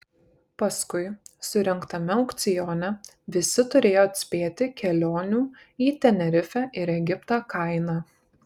paskui surengtame aukcione visi turėjo atspėti kelionių į tenerifę ir egiptą kainą